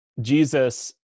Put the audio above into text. Jesus